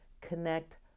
connect